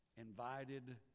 invited